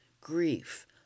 grief